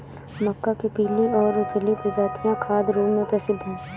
मक्का के पीली और उजली प्रजातियां खाद्य रूप में प्रसिद्ध हैं